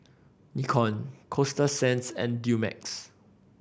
Nikon Coasta Sands and Dumex